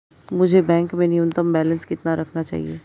मुझे बैंक में न्यूनतम बैलेंस कितना रखना चाहिए?